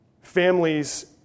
Families